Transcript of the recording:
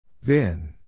Vin